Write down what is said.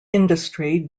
industry